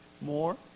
More